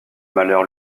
malheur